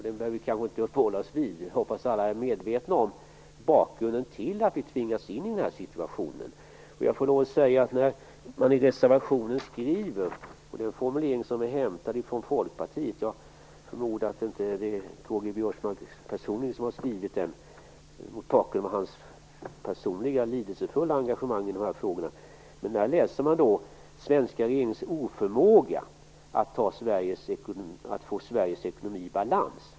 Vi behöver inte uppehålla oss vid den, men jag hoppas att alla är medvetna om bakgrunden till att vi tvingas in i den här situationen. I reservationen finns en formulering av Folkpartiet, men jag förmodar att det inte är K-G Biörsmark personligen som har skrivit den med tanke på hans lidelsefulla engagemang i dessa frågor. I reservationen läser man om "den svenska regeringens oförmåga att få Sveriges ekonomi i balans".